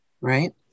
right